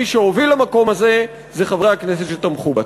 מי שהוביל למקום הזה זה חברי הכנסת שתמכו בה.